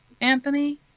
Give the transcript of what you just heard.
Anthony